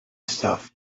stuff